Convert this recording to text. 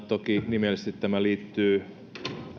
toki nimellisesti tämä liittyy